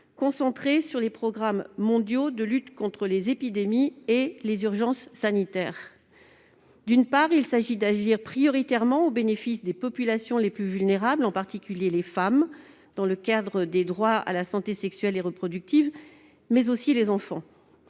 concentrés sur les programmes mondiaux de lutte contre les épidémies et les urgences sanitaires. Il tend d'abord à agir prioritairement au bénéfice des populations les plus vulnérables, en particulier les femmes dans le cadre des droits à la santé sexuelle et reproductive, mais aussi les enfants.